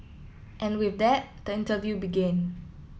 and with that the interview began